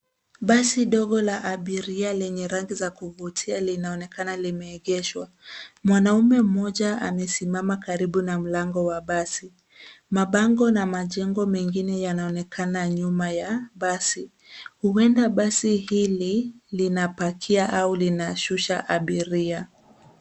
Basi dogo la abiria lenye rangi za kuvutia linaonekana limemeegeshwa. Mwanaume mmoja amesimama karibu na mlango wa basi .Mabango na majengo mengine yanaonekana nyuma ya basi. Huenda basi hili, linapakia au linashusha abiria.